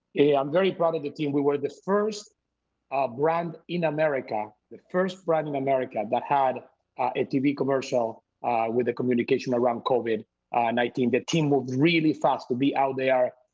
yeah i'm very proud of the team. we were the first brand in america, the first brand in america that had a tv commercial with a communication around covid nineteen, the team was really fast to be out there.